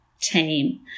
team